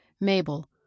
Mabel